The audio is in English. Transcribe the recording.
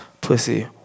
pussy